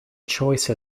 choice